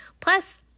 Plus